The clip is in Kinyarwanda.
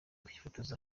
kwifotoza